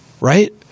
right